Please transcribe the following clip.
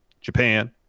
Japan